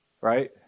Right